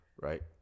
Right